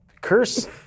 Curse